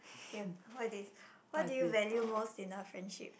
K what is this what do you value most in a friendship